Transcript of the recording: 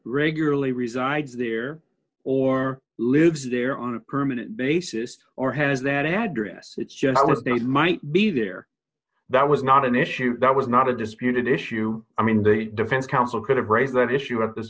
regularly resides there or lives there on a permanent basis or has that address it's just what they might be there that was not an issue that was not a disputed issue i mean the defense counsel could have raised that issue at this